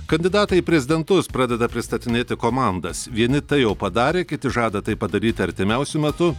kandidatai į prezidentus pradeda pristatinėti komandas vieni tai jau padarė kiti žada tai padaryt artimiausiu metu